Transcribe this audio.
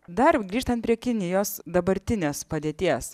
dar jau grįžtant prie kinijos dabartinės padėties